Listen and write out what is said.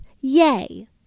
Yay